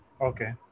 Okay